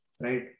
right